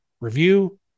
review